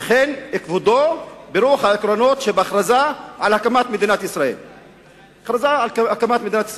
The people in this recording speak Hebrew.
והן יכובדו ברוח העקרונות שבהכרזה על הקמת מדינת ישראל".